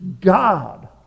God